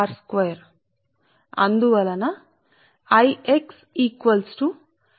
అందు వలన π π రెండు వైపులా రద్దు చేయబడుతుంది ఇది సమీకరణం 15